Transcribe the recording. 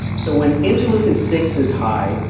so when interleukin six is high,